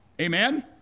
Amen